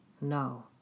No